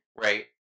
Right